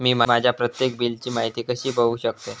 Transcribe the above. मी माझ्या प्रत्येक बिलची माहिती कशी बघू शकतय?